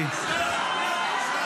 בושה.